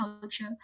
culture